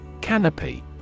Canopy